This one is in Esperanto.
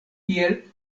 kiel